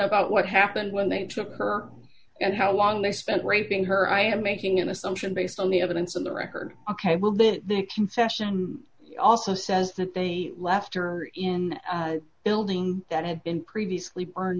about what happened when they took her and how long they spent raping her i am making an assumption based on the evidence in the record ok well then the confession also says that they left her in the building that had been previously burned